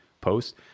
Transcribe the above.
post